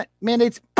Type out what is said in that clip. mandates